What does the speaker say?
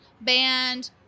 band